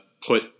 put